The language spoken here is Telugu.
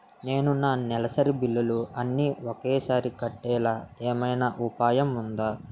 నేను నా నెలసరి బిల్లులు అన్ని ఒకేసారి కట్టేలాగా ఏమైనా ఉపాయం ఉందా?